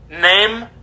Name